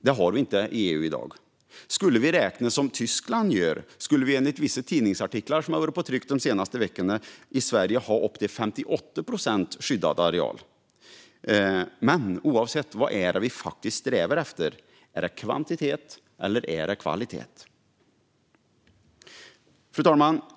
Det har vi inte i EU i dag. Skulle vi räkna som Tyskland gör skulle vi enligt vissa tidningsartiklar som har varit i tryck de senaste veckorna i Sverige ha upp till 58 procent skyddad areal. Men oavsett det: Vad är det vi faktiskt strävar efter? Är det kvantitet, eller är det kvalitet? Fru talman!